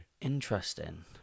Interesting